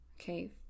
okay